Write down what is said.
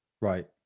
Right